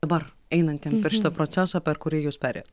dabar einantiem per šitą procesą per kurį jūs perėjot